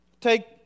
take